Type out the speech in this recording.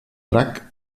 drac